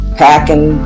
packing